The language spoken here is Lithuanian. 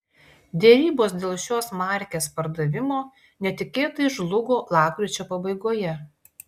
derybos dėl šios markės pardavimo netikėtai žlugo lapkričio pabaigoje